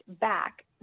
back